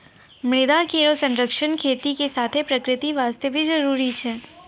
मृदा केरो संरक्षण खेती के साथें प्रकृति वास्ते भी जरूरी छै